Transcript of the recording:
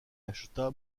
acheta